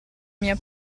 mia